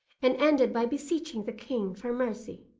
and ended by beseeching the king for mercy.